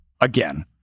again